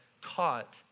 caught